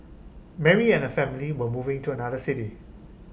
Mary and her family were moving to another city